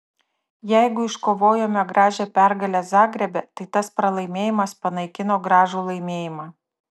jeigu iškovojome gražią pergalę zagrebe tai tas pralaimėjimas panaikino gražų laimėjimą